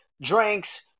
drinks